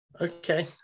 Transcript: Okay